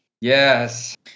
Yes